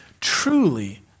truly